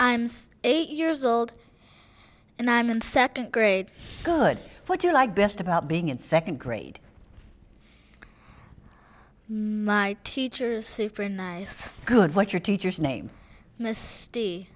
i'm eight years old and i'm in second grade good what you like best about being in second grade my teachers is good what your teachers name misty